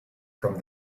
from